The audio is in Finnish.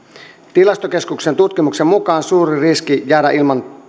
tilastokeskuksen tutkimuksen mukaan suuri riski jäädä ilman